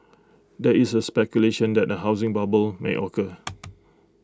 there is A speculation that A housing bubble may occur